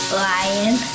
lion